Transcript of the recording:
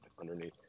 underneath